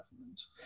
governments